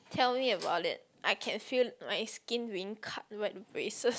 tell me about it I can feel my skin being cut by the braces